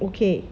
okay